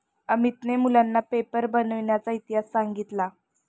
अमितने मुलांना पेपर बनविण्याचा इतिहास सांगितला